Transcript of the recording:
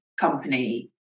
company